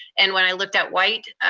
and when i looked at white,